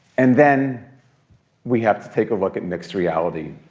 and then we have to take a look at mixed reality,